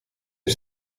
een